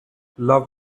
love